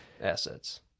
assets